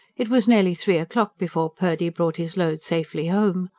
it was nearly three o'clock before purdy brought his load safely home.